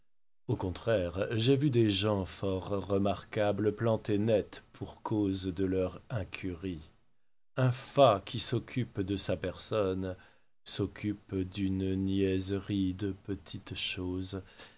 au contraire j'ai vu des gens fort remarquables plantés net pour cause de leur incurie un fat qui s'occupe de sa personne s'occupe d'une niaiserie de petites choses